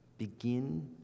begin